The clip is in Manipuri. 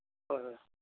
ꯍꯣꯏ ꯍꯣꯏ